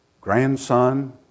grandson